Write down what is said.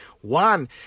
one